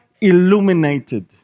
illuminated